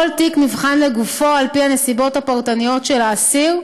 כל תיק נבחן לגופו על פי הנסיבות הפרטניות של האסיר,